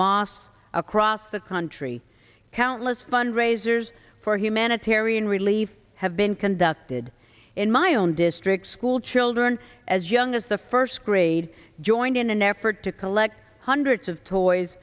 mosques across the country countless fundraisers for humanitarian relief have been conducted in my own district school children as young as the first grade joined in an effort to collect hundreds of toys